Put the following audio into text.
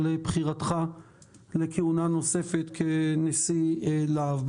על בחירתך לכהונה נוספת כנשיא לה"ב.